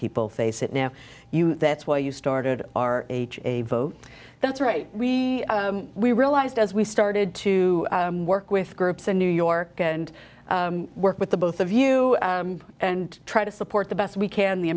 people face it now that's why you started r h a vote that's right we we realized as we started to work with groups in new york and work with the both of you and try to support the best we can the